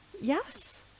yes